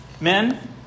Men